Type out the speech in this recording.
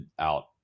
out